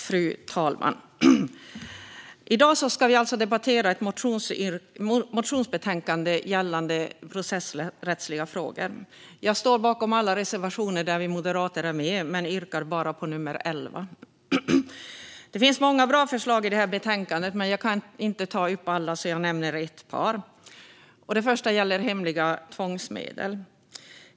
Fru talman! I dag ska vi debattera ett motionsbetänkande gällande processrättsliga frågor. Jag står bakom alla reservationer där vi moderater är med, men jag yrkar bifall endast till nummer 11. Det finns många bra förslag i betänkandet, men jag kan inte ta upp alla utan nämner bara ett par. Det första gäller hemliga tvångsmedel.